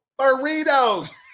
burritos